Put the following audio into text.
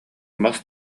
мас